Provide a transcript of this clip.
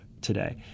today